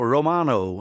Romano